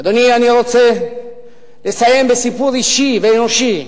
אדוני, אני רוצה לסיים בסיפור אישי ואנושי,